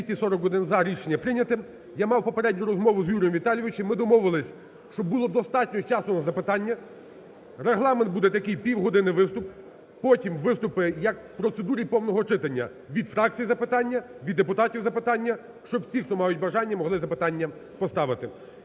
За-241 Рішення прийнято. Я мав попередню розмову з Юрієм Віталійовичем, ми домовилися, щоб було достатньо часу на запитання, регламент буде такий: півгодини – виступ, потім виступи, як в процедурі повного читання, від фракцій запитання, від депутатів запитання, щоб всі, хто мають бажання, могли запитання поставити.